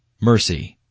MERCY